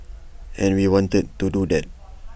and we wanted to do that